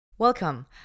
Welcome